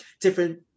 different